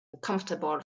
comfortable